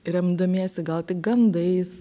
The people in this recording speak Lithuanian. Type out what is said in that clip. remdamiesi gal tik gandais